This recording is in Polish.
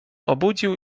obudził